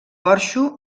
porxo